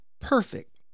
perfect